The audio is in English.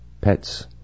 pets